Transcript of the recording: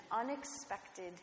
unexpected